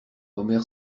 omer